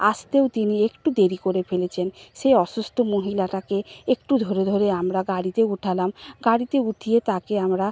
আসতেও তিনি একটু দেরি করে ফেলেছেন সেই অসুস্থ মহিলাটাকে একটু ধরে ধরে আমরা গাড়িতে ওঠালাম গাড়িতে উঠিয়ে তাকে আমরা